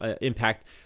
impact